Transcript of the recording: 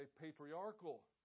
patriarchal